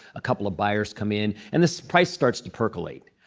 a couple of buyers come in. and this price starts to percolate.